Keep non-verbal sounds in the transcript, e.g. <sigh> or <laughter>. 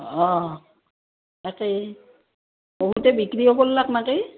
অঁ তাকেই বহুতে বিক্ৰী হ'ব <unintelligible>